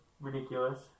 ridiculous